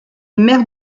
mères